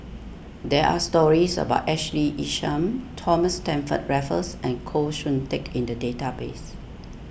there are stories about Ashley Isham Thomas Stamford Raffles and Koh Hoon Teck in the database